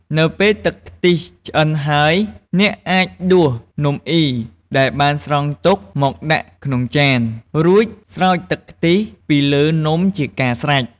នៅពេលទឹកខ្ទិះឆ្អិនហើយ អ្នកអាចដួសនំអុីដែលបានស្រង់ទុកមកដាក់ក្នុងចាន រួចស្រោចទឹកខ្ទិះពីលើនំជាការស្រេច។